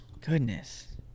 goodness